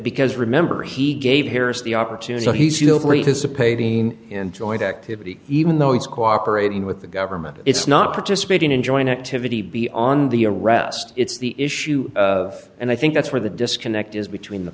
because remember he gave harris the opportunity he has a painting enjoyed activity even though it's cooperating with the government it's not participating in joint activity be on the arrest it's the issue of and i think that's where the disconnect is between the